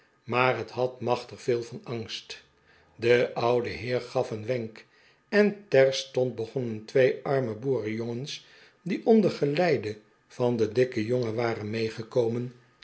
maar het had machtig veel van angst de oude heer gaf een wenk en terstond begonnen twee arme boerenjongens die onder geleide van den dikken jongen waren meegekomen